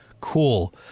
Cool